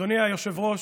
אדוני היושב-ראש,